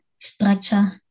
structure